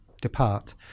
depart